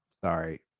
Sorry